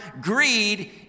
greed